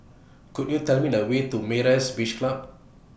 Could YOU Tell Me The Way to Myra's Beach Club